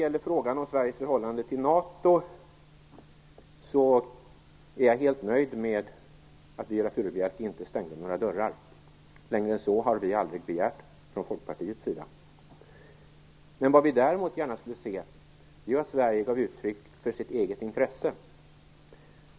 I frågan om Sveriges förhållande till NATO är jag helt nöjd med att Viola Furubjelke inte stängde några dörrar. Att gå längre än så är inget som vi i Folkpartiet har begärt. Däremot skulle vi gärna se att Sverige gav uttryck för sitt eget intresse.